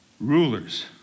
rulers